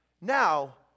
Now